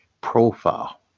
profile